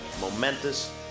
momentous